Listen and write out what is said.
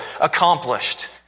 accomplished